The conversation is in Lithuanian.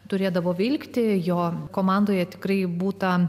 turėdavo vilkti jo komandoje tikrai būta